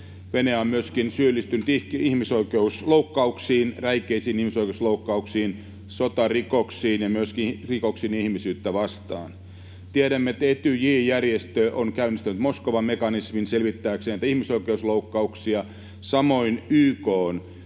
Venäjä on myöskin syyllistynyt räikeisiin ihmisoikeusloukkauksiin, sotarikoksiin ja myöskin rikoksiin ihmisyyttä vastaan. Tiedämme, että Etyj-järjestö on käynnistänyt Moskovan mekanismin selvittääkseen näitä ihmisoikeusloukkauksia ja että